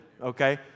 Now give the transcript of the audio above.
Okay